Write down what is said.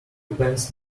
pants